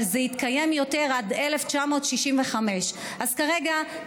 אבל זה התקיים עד 1965. אז כרגע,